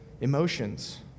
emotions